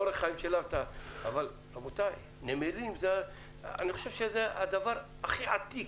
אבל רבותיי, נמלים זה אולי הדבר הכי עתיק